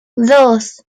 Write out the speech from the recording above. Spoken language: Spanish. dos